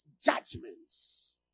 judgments